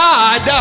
God